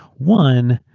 one,